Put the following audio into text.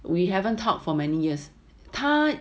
we haven't talked for many years 她